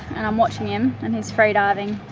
and i'm watching him, and he's free diving.